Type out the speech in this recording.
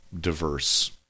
diverse